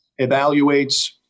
evaluates